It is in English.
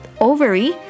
Ovary